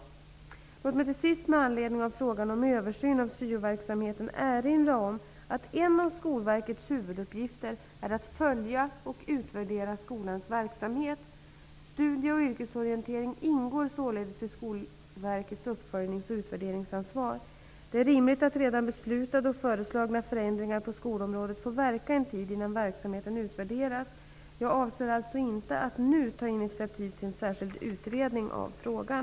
Låt mig till sist med anledning av frågan om översyn av syoverksamheten erinra om att en av Skolverkets huvuduppgifter är att följa och utvärdera skolans verksamhet. Studie och yrkesorientering ingår således i Skolverkets uppföljnings och utvärderingsansvar. Det är rimligt att redan beslutade och föreslagna förändringar på skolområdet får verka en tid innan verksamheten utvärderas. Jag avser alltså inte att nu ta initiativ till en särskild utredning av frågan.